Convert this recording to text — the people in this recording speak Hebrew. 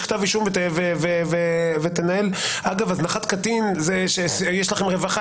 לגבי הזנחת קטין יש לכם רווחה,